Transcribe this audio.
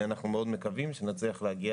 אנחנו מאוד מקווים שנצליח להגיע